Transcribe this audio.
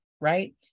right